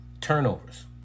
Turnovers